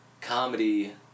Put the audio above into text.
comedy